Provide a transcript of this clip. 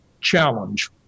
challenge